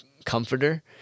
comforter